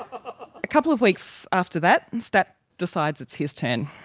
ah a couple of weeks after that, and stapp decides it's his turn.